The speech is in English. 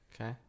Okay